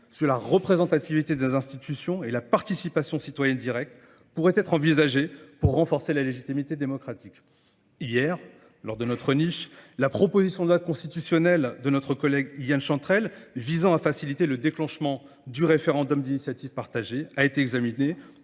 sur la représentativité des institutions et la participation citoyenne directe pourrait être envisagée pour renforcer la légitimité démocratique. Hier, lors de notre niche, la proposition de loi constitutionnelle de notre collègue Yann Chantrelle visant à faciliter le déclenchement du référendum d'initiative partagée a été examinée,